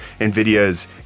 Nvidia's